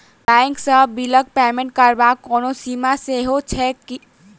Bank सँ बिलक payment करबाक कोनो सीमा सेहो छैक की?